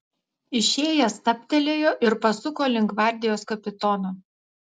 išėjęs stabtelėjo ir pasuko link gvardijos kapitono